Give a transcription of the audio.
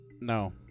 No